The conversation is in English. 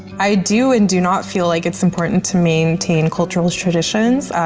i do and do not feel like it's important to maintain cultural traditions.